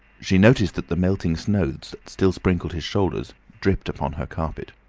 she noticed that the melting snow that still sprinkled his shoulders dripped upon her carpet.